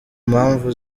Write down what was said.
mpamvu